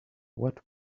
what